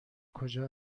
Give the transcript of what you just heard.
کجا